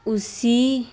ਉਸ ਹੀ